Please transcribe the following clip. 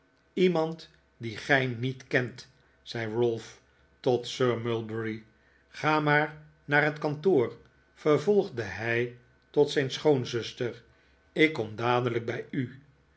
iemand die gij niet kent zei ralph tot sir mulberry ga maar naar het kantoor vervolgde hij tot zijn schoonzuster ik kom dadelijk bij u